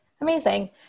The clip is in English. Amazing